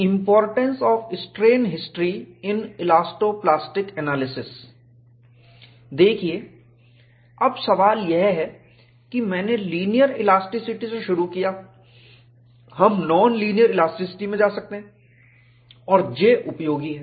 importance of strain history in elastoplastic analysis देखिए अब सवाल यह है कि मैंने लीनियर इलास्टिसिटी से शुरू किया हम नॉन लीनियर इलास्टिसिटी में जा सकते हैं और J उपयोगी है